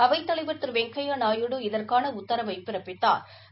அவைத்தலைவா் திரு வெங்கையா நாயுடு இதற்கான உத்தரவை பிறப்பித்தாா்